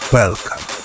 welcome